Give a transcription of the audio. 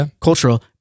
cultural